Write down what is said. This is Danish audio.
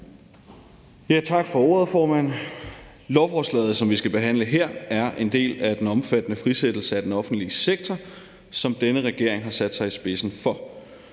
Tak for ordet, formand. Lovforslaget, som vi skal behandle her, er en del af den omfattende frisættelse af den offentlige sektor, som denne regering har sat sig i spidsen for.